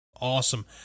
Awesome